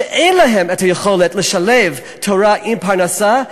שאין להם יכולת לשלב תורה עם פרנסה,